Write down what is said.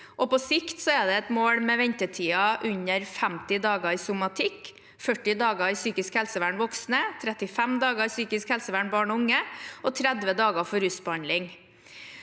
på sikt er det et mål med ventetider under 50 dager i somatikk, 40 dager i psykisk helsevern for voksne, 35 dager i psykisk helsevern for barn og unge og 30 dager for rusbehandling.